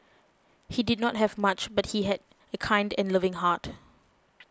he did not have much but he had a kind and loving heart